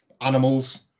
animals